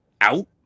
out